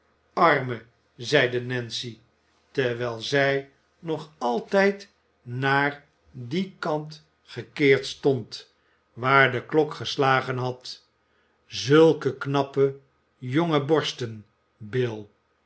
arme zeide nancy terwijl zij nog altijd naar dien kant gekeerd stond waar de klok geslagen had zulke knappe jonge borsten bill